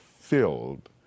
filled